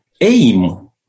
aim